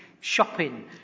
shopping